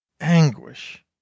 anguish